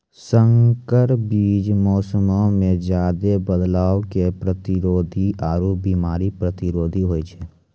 संकर बीज मौसमो मे ज्यादे बदलाव के प्रतिरोधी आरु बिमारी प्रतिरोधी होय छै